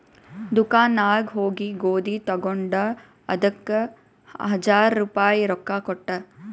ದುಕಾನ್ ನಾಗ್ ಹೋಗಿ ಗೋದಿ ತಗೊಂಡ ಅದಕ್ ಹಜಾರ್ ರುಪಾಯಿ ರೊಕ್ಕಾ ಕೊಟ್ಟ